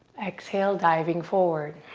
exhale, diving forward.